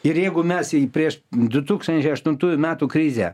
ir jeigu mes jį prieš du tūkstančiai aštuntųjų metų krizę